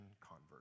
convert